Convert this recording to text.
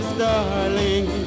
darling